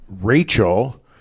Rachel